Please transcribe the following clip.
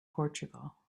portugal